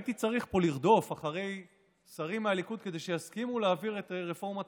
הייתי צריך פה לרדוף אחרי שרים מהליכוד כדי שיסכימו להעביר את רפורמת